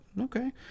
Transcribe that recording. Okay